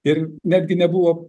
ir netgi nebuvo